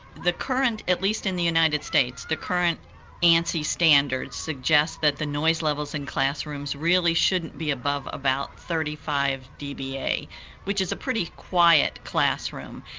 the current, at least in the united states, the current ansi standards suggest that the noise levels in classrooms really shouldn't be above about thirty five dba, which is a pretty quiet classroom,